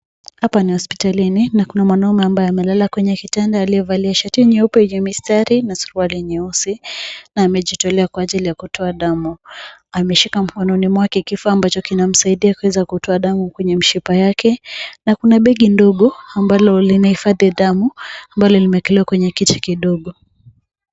Hapa ni hospitalini na kuna mwanaume ambaye amelala kwenye kitanda aliyevalia shati nyeupe lenye mistari na suruali nyeusi na amejitolea kwa ajili ya kutoa damu. Ameshika mkononi mwake kifaa ambacho kinamsaidia kuweza kutoa damu kwenye mshipa yake na kuna begi ndogo ambalo linahifadhi damu ambalo limewekelewa kwenye kiti kidogo.